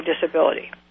disability